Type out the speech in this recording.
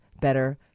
better